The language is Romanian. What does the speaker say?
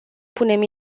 punem